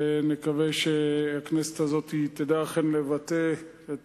ונקווה שהכנסת הזאת תדע אכן לבטא את